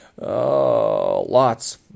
Lots